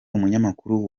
umunyamakuru